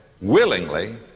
willingly